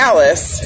Alice